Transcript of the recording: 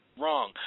wrong